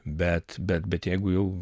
bet bet bet jeigu jau